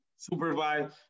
supervise